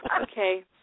Okay